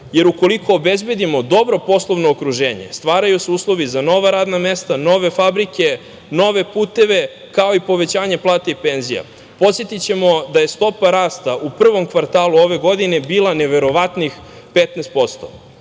jer ukoliko obezbedimo dobro poslovno okruženje, stvaraju se uslovi za nova radna mesta, nove fabrike, nove puteve, kao i povećanje plata i penzija. Podsetićemo da je stopa rasta u prvom kvartalu ove godine bila neverovatnih 15%.